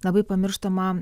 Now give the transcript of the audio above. labai pamirštama